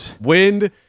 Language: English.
Wind